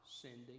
sending